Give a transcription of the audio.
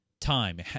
time